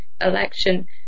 election